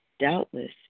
Doubtless